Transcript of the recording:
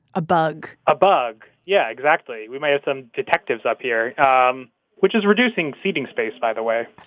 a bug a bug. yeah. exactly. we may have some detectives up here um which is reducing feeding space, by the way